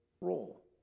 role